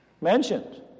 mentioned